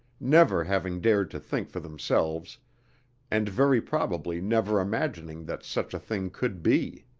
never having dared to think for themselves and very probably never imagining that such a thing could be.